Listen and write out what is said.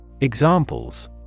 examples